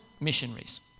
missionaries